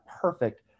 perfect